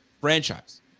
franchise